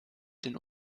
den